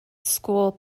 school